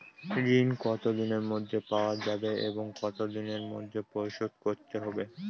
ঋণ কতদিনের মধ্যে পাওয়া যাবে এবং কত দিনের মধ্যে পরিশোধ করতে হবে?